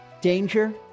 danger